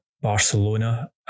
Barcelona